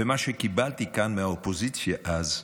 ומה שקיבלתי כאן מהאופוזיציה אז זה: